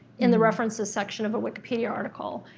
in the references section of a wikipedia article.